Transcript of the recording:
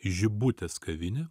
žibutės kavinę